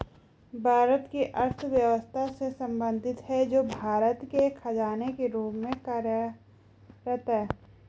भारत की अर्थव्यवस्था से संबंधित है, जो भारत के खजाने के रूप में कार्यरत है